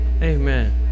Amen